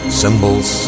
symbols